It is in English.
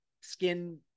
skin